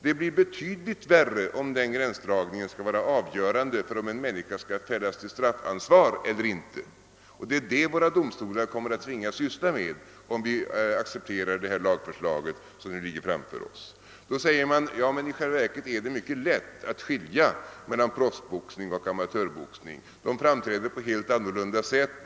Det blir betydligt värre om gränsdragningen skall vara avgörande för huruvida en människa skall fällas till straffansvar eller inte. Och det är detta våra domstolar kommer att tvingas syssla med, om vi accepterar det lagförslag som nu ligger framför OSS. Då säger man: Ja, men i själva verket är det mycket lätt att skilja mellan proffsboxning och amatörboxning — de framträder på helt olika sätt.